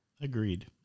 agreed